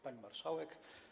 Pani Marszałek!